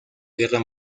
guerra